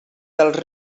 dels